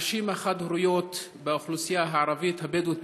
הנשים החד-הוריות באוכלוסייה הערבית הבדואית